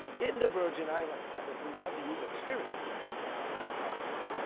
in the virgin islands, and if we want to use experience as my honorable colleague said,